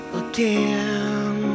again